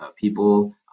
people